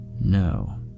No